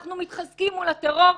אנחנו מתחזקים מול הטרור.